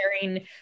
sharing